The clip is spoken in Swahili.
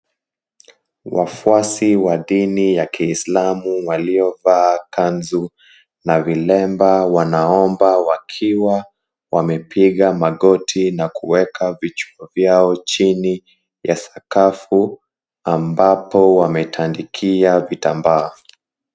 Wafuasi wa dini ya Kiislamu waliovaa kanzu na vilemba wanaomba wakiwa wamepiga magoti na kuweka vichwa vyao chini ya sakafu ambapo wametandikia vitambaa.